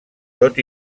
tot